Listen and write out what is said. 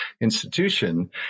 institution